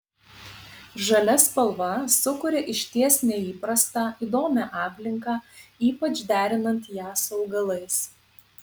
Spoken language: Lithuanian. žalia spalva sukuria išties neįprastą įdomią aplinką ypač derinant ją su augalais